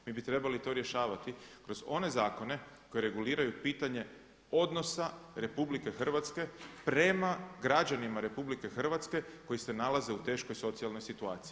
Mi bi trebali to rješavati kroz one zakone koji reguliraju pitanje odnosa RH prema građanima RH koji se nalaze u teškoj socijalnoj situaciji.